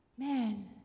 Man